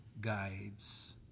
guides